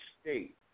state